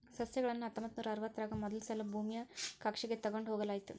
ಸಸ್ಯಗಳನ್ನ ಹತ್ತೊಂಬತ್ತನೂರಾ ಅರವತ್ತರಾಗ ಮೊದಲಸಲಾ ಭೂಮಿಯ ಕಕ್ಷೆಗ ತೊಗೊಂಡ್ ಹೋಗಲಾಯಿತು